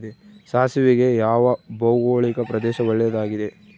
ಸಾಸಿವೆಗೆ ಯಾವ ಭೌಗೋಳಿಕ ಪ್ರದೇಶ ಒಳ್ಳೆಯದಾಗಿದೆ?